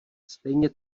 stejně